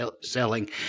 selling